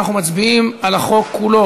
חבר הכנסת עודד פורר,